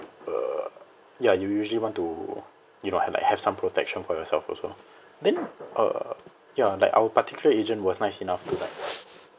uh ya you usually want to you know have like have some protection for yourself also then uh ya like our particular agent was nice enough to like